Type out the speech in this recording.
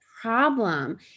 problem